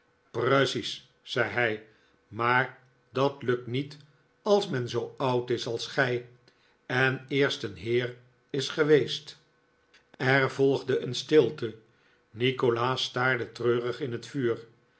precies zei hijj maar dat lukt niet als men zoo oud is als gij en eerst een heer is geweest er volgde een stilte nikolaas staarde treurig in het vuur